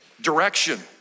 direction